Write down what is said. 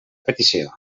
petició